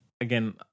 again